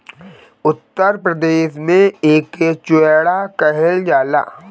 उत्तर भारत में एके चिवड़ा कहल जाला